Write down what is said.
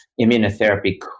immunotherapy